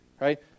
right